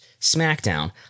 SmackDown